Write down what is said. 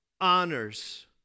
honors